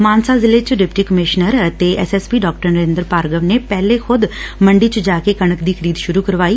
ਮਾਨਸਾ ਜ਼ਿਲੇ ਚ deputy commissioner ਅਤੇ ਐਸ ਐਸ ਪੀ ਡਾ ਨਰਿੰਦਰ ਭਾਰਗਵ ਨੇ ਪਹਿਲੇ ਖੁਦ ਮੰਡੀ ਚ ਜਾ ਕੇ ਕਣਕ ਦੀ ਖਰੀਦ ਸੁਰੁ ਕਰਵਾਈ